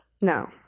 No